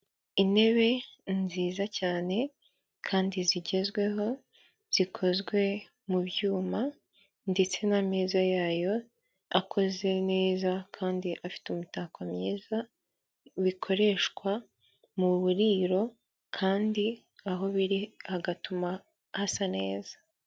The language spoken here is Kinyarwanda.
Intebe nziza cyane kandi zigezweho zikozwe mu byuma ndetse n'ameza yayo akoze neza kandi afite imitako myiza bikoreshwa mu buriro kandi aho biri hagatuma hasa neza.